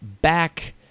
back